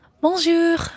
Bonjour